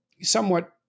somewhat